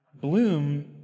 Bloom